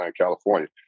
California